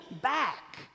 back